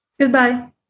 goodbye